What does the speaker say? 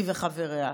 היא וחבריה.